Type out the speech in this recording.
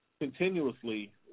continuously